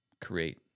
create